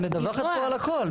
את מדווחת פה על הכול,